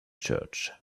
church